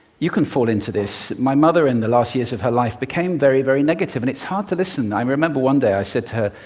you can fall into this. my mother, in the last years of her life, became very very negative, and it's hard to listen. i remember one day, i said to her,